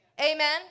Amen